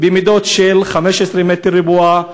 במידות של 15 מטר רבוע,